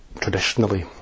traditionally